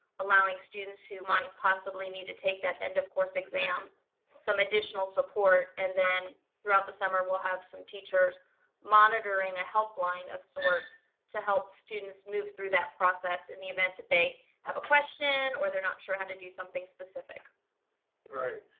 allowing students who might possibly need to take that end of course, exam some additional support. and then throughout the summer, we'll have some teachers monitoring a helpline of sorts to help students move through that process in the event that they have a question or they're not sure how to do something specific. all right,